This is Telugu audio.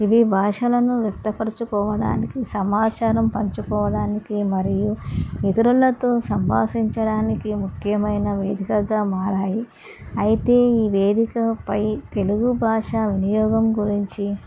ఇవి భాషలను వ్యక్తపరచుకోవడానికి సమాచారం పంచుకోవడానికి మరియు ఇతరులతో సంభాషించడానికి ముఖ్యమైన వేదికగా మారాయి అయితే ఈ వేదికపై తెలుగు భాష వినియోగం గురించి